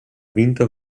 vinto